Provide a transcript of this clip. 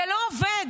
זה לא עובד.